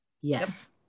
Yes